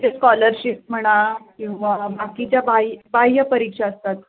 ते स्कॉलरशिप्स म्हणा किंवा बाकीच्या भाय बाह्यपरीक्षा असतात